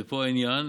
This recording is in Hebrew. ופה העניין,